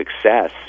success